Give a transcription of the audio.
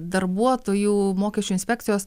darbuotojų mokesčių inspekcijos